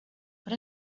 but